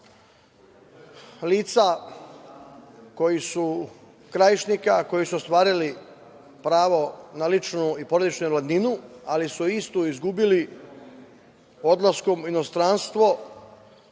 lica krajišnika, koji su ostvarili pravo na ličnu i porodičnu invalidninu, ali su istu izgubili odlaskom u inostranstvo,